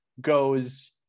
goes